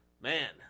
man